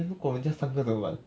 then 如果人家三个怎么办